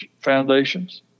foundations